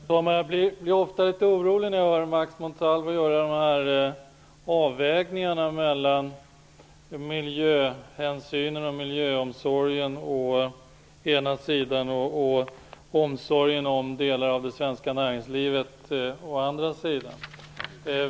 Herr talman! Jag blir ofta litet orolig när jag hör Max Montalvo göra avvägningar mellan å ena sidan omsorgen om miljön, å andra sidan omsorgen om delar av det svenska näringslivet.